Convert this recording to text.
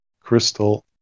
crystal